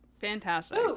Fantastic